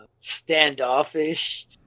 standoffish